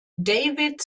david